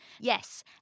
Yes